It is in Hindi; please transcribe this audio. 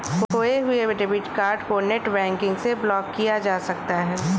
खोये हुए डेबिट कार्ड को नेटबैंकिंग से ब्लॉक किया जा सकता है